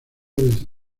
desde